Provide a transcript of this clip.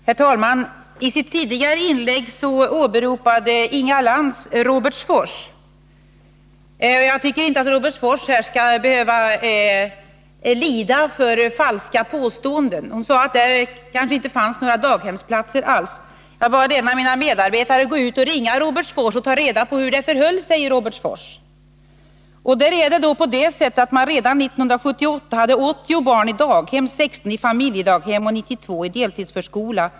Herr talman! I sitt tidigare inlägg åberopade Inga Lantz Robertsfors. Jag tycker inte att Robertsfors skall behöva utsättas för falska påståenden. Inga Lantz sade nämligen att där kanske inte fanns några daghemsplatser alls. Jag bad en av mina medarbetare gå ut och ringa till Robertsfors och ta reda på hur det förhöll sig med den saken, och jag kan tala om att man där redan 1978 hade 80 barn i daghem, 16 i familjedaghem och 92 i deltidsförskola.